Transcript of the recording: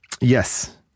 Yes